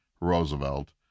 Roosevelt